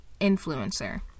influencer